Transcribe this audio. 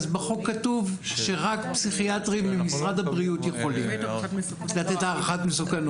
אז בחוק כתוב שרק פסיכיאטרים ממשרד הבריאות יכולים לתת הערכת מסוכנות.